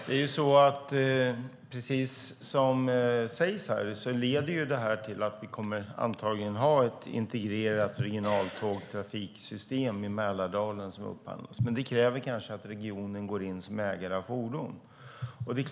Herr talman! Precis som ministern säger kommer detta antagligen att leda till att vi får ett integrerat, upphandlat regionaltågtrafiksystem i Mälardalen, men det kräver kanske att regionen går in som ägare av fordon.